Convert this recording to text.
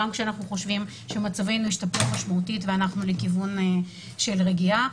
גם כשאנחנו חושבים שמצבנו השתפר משמעותית ואנחנו לכיוון של רגיעה.